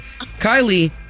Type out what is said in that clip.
Kylie